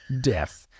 Death